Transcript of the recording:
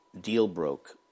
deal-broke